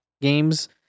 games